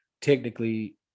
technically